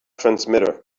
transmitter